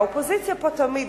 האופוזיציה פה תמיד.